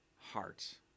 heart